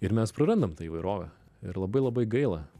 ir mes prarandam tą įvairovę ir labai labai gaila